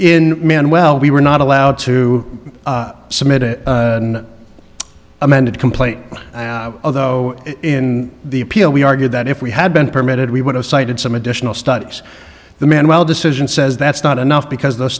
in men well we were not allowed to submit amended complaint although in the appeal we argued that if we had been permitted we would have cited some additional studies the manwell decision says that's not enough because those